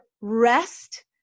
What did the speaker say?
rest